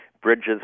Bridges